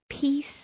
peace